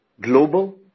global